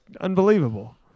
unbelievable